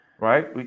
right